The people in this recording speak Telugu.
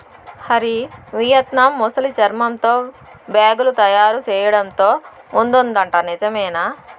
హరి, వియత్నాం ముసలి చర్మంతో బేగులు తయారు చేయడంతో ముందుందట నిజమేనా